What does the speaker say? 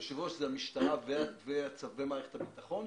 היושב-ראש, זה המשטרה ומערכת הביטחון?